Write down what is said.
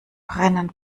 brennen